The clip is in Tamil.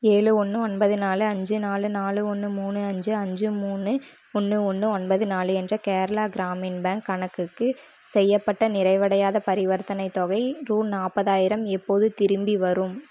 ஏழு ஒன்று ஒன்பது நாலு அஞ்சு நாலு நாலு ஒன்று மூணு அஞ்சு அஞ்சு மூணு ஒன்று ஒன்றுஒன்பது நாலு என்ற கேரளா கிராமின் பேங்க் கணக்குக்கு செய்யப்பட்ட நிறைவடையாத பரிவர்த்தனைத் தொகை ரூ நாப்பதாயிரம் எப்போது திரும்பிவரும்